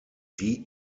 die